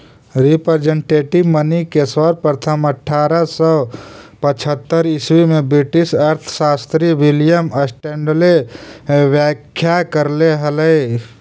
representative money के सर्वप्रथम अट्ठारह सौ पचहत्तर ईसवी में ब्रिटिश अर्थशास्त्री विलियम स्टैंडले व्याख्या करले हलई